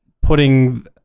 putting